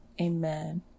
amen